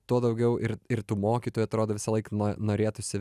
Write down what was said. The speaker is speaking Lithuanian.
tuo daugiau ir ir tų mokytojų atrodo visąlaik norėtųsi